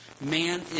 Man